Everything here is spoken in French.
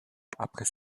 après